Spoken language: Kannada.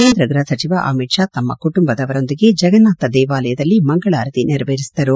ಕೇಂದ್ರ ಗೃಹ ಸಚಿವ ಅಮಿತ್ ಶಾ ತಮ್ಮ ಕುಟುಂಬದವರೊಂದಿಗೆ ಜಗನ್ನಾಥ ದೇವಾಲಯದಲ್ಲಿ ಮಂಗಳಾರತಿ ನೆರವೇರಿಸಿದರು